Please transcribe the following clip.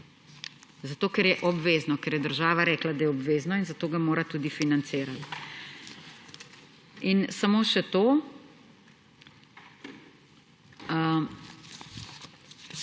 zato ker je obvezno, ker je država rekla, da je obvezno in zato ga mora tudi financirati. In samo še to.